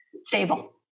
stable